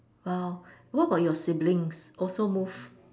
!wow! what about your siblings also move